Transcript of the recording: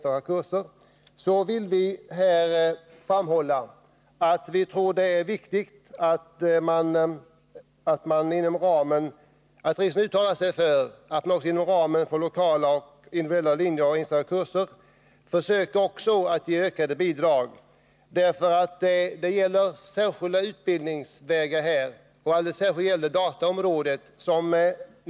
I reservation nr 4 framhåller vi att det är viktigt att riksdagen uttalar sig för att man inom ramen för lokala och individuella linjer och enstaka kurser försöker att också ge ökade bidrag till särskilda utbildningsvägar, då speciellt inom dataområdet.